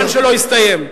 גם הזמן שלו הסתיים.